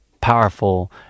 powerful